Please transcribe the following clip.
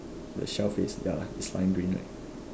the shelf is ya is lime green right